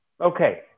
Okay